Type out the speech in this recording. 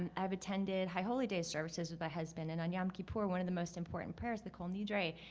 and i've attended high holy day services with my husband. and on yom kippur, one of the most important part is the kol nidrei,